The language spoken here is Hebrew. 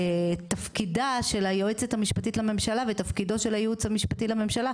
תפקידה של היועצת המשפטית הממשלה ותפקידו של הייעוץ המשפטי לממשלה,